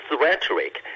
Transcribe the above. rhetoric